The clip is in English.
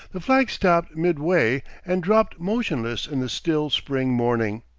the flag stopped mid-way and dropped motionless in the still spring morning.